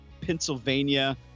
Pennsylvania